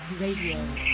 Radio